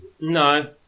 No